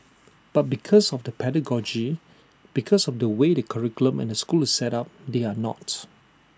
but because of the pedagogy because of the way the curriculum and the school is set up they are not